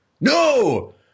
No